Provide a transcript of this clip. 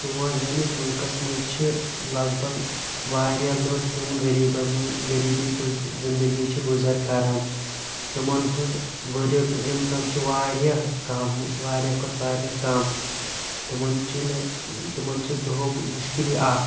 سون سٲنِس مُلکَس منٛز چھ لَک بگ وارِیاہ لُکھ یِم غریبی منٛز غریبی گُز زِندگی چھ گُزَر کَران تمَن ہُنٛد ؤرۍ یُک اِنکَم چھ وارِیاہ کَم وارِیاہ کھۄتہٕ وارِیاہ کَم تمَن چھِنہِ تمَن چھِ دۄہُک مُشکِلی اَکھ